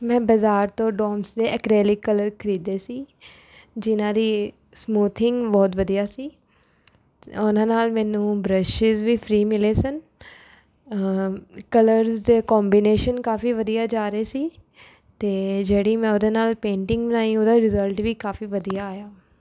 ਮੈਂ ਬਜ਼ਾਰ ਤੋਂ ਡੋਮਸ ਦੇ ਇਕਰੈਲਿਕ ਕਲਰ ਖਰੀਦੇ ਸੀ ਜਿਨ੍ਹਾਂ ਦੀ ਸਮੂਥਿੰਗ ਬਹੁਤ ਵਧੀਆ ਸੀ ਉਹਨਾਂ ਨਾਲ ਮੈਨੂੰ ਬਰੱਸ਼ਿਜ਼ ਵੀ ਫਰੀ ਮਿਲੇ ਸਨ ਕਲਰਸ ਦੇ ਕੌਂਬੀਨੇਸ਼ਨ ਕਾਫੀ ਵਧੀਆ ਜਾ ਰਹੇ ਸੀ ਅਤੇ ਜਿਹੜੀ ਮੈਂ ਉਹਦੇ ਨਾਲ ਪੇਟਿੰਗ ਬਣਾਈ ਉਹਦਾ ਰਿਜਲਟ ਵੀ ਕਾਫੀ ਵਧੀਆ ਆਇਆ